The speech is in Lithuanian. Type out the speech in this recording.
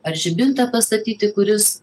ar žibintą pastatyti kuris